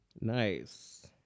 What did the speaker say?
Nice